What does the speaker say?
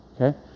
Okay